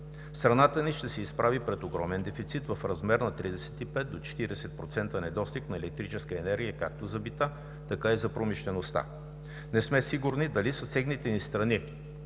Страната ни ще се изправи пред огромен дефицит в размер на 35 до 40% недостиг на електрическа енергия както за бита, така и за промишлеността. Не сме сигурни дали съседните ни страни